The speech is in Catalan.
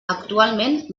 actualment